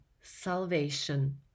salvation